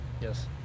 Yes